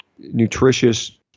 nutritious